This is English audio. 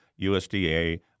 USDA